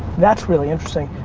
that's really interesting.